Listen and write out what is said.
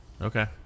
Okay